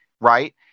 right